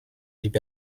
blieb